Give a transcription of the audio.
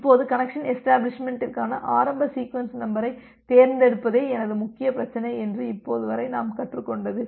இப்போது கனெக்சன் எஷ்டபிளிஷ்மெண்ட்டிற்கான ஆரம்ப சீக்வென்ஸ் நம்பரைத் தேர்ந்தெடுப்பதே எனது முக்கிய பிரச்சனை என்று இப்போது வரை நாம் கற்றுக்கொண்டது